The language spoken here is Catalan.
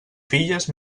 filles